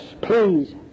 Please